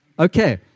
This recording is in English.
Okay